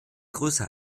größer